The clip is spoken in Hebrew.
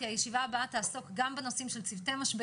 כי הישיבה הבאה תעסוק גם בנושאים של צוותי משבר,